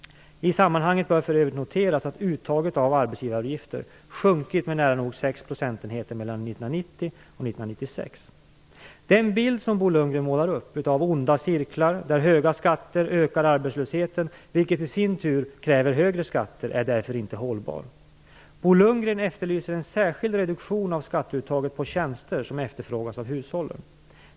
I sammanhanget bör för övrigt noteras att uttaget av arbetsgivaravgifter sjunkit med nära nog sex procentenheter mellan 1990 Den bild som Bo Lundgren målar upp av onda cirklar, där höga skatter ökar arbetslösheten, vilket i sin tur kräver ännu högre skatter, är därför inte hållbar. Bo Lundgren efterlyser en särskild reduktion av skatteuttaget på tjänster som efterfrågas av hushållen.